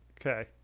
Okay